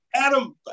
Adam